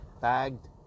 Tagged